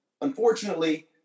Unfortunately